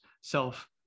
self